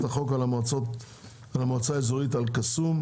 החוק על המועצה האזורית אל קסום),